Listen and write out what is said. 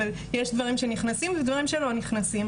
יש דברים שנכנסים ודברים שלא נכנסים